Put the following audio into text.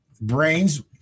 Brains